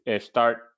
start